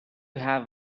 have